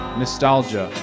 nostalgia